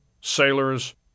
sailors